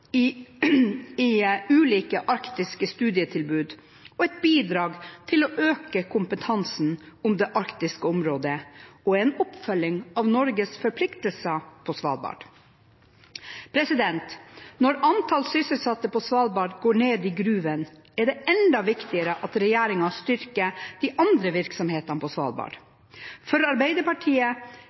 ulike arktiske studier og et bidrag til å øke kompetansen om det arktiske området, og det er en oppfølging av Norges forpliktelser på Svalbard. Når antall sysselsatte i gruvene på Svalbard går ned, er det enda viktigere at regjeringen styrker de andre virksomhetene på Svalbard. For Arbeiderpartiet